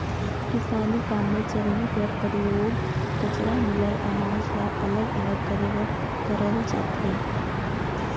किसानी काम मे चलनी कर परियोग कचरा मिलल अनाज ल अलग अलग करे बर करल जाथे